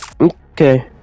okay